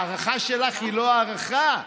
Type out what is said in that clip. ההארכה שלך היא לא הארכה.